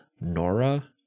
Nora